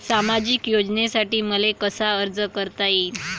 सामाजिक योजनेसाठी मले कसा अर्ज करता येईन?